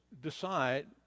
decide